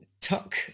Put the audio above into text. Tuck